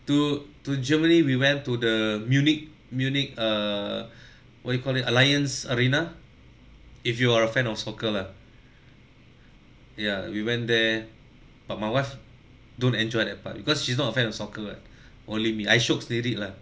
to to germany we went to the munich munich err what you call it Allianz arena if you are a fan of soccer lah ya we went there but my wife don't enjoy that part because she's not a fan of soccer [what] only me I shiok sendiri lah